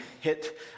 hit